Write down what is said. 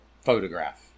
Photograph